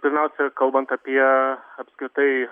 pirmiausia kalbant apie apskritai